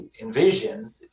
envision